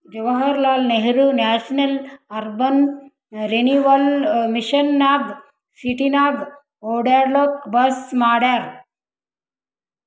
Jawaharlal Nehru national urban renewal mission ನಾಗ್ ಸಿಟಿನಾಗ್ ಒಡ್ಯಾಡ್ಲೂಕ್ ಬಸ್ ಮಾಡ್ಯಾರ್